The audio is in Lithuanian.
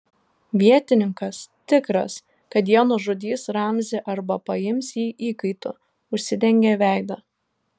vietininkas tikras kad jie nužudys ramzį arba paims jį įkaitu užsidengė veidą